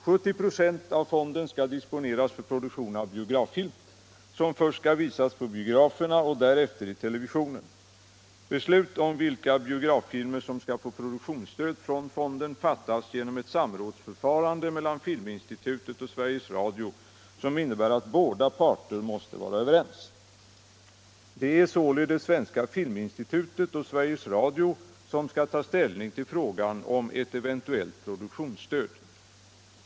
70 26 av fonden skall disponeras för produktion av biograffilm som först skall visas på biograferna och därefter i televisionen. Beslut om vilka biograffilmer som skall få produktionsstöd från fonden fattas genom ett samrådsförfarande mellan Filminstitutet och Sveriges Radio, som in nebär att båda parter måste vara överens. Det är således Svenska filminstitutet och Sveriges Radio som skall ta ställning till frågan om ett eventuellt produktionsstöd.